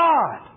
God